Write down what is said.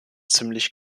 ziemlich